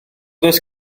does